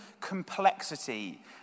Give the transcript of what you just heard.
complexity